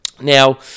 now